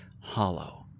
hollow